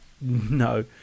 No